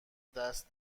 دست